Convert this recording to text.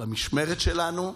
במשמרת שלנו,